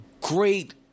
great